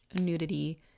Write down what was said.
nudity